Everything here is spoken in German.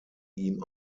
ihm